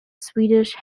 swedish